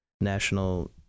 National